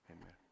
amen